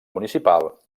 municipal